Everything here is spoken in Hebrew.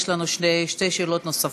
יש לנו שתי שאלות נוספות,